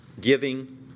giving